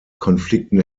konflikten